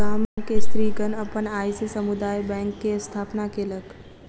गाम के स्त्रीगण अपन आय से समुदाय बैंक के स्थापना केलक